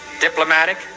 diplomatic